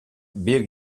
bir